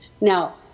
Now